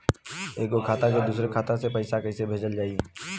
एगो खाता से दूसरा खाता मे पैसा कइसे भेजल जाई?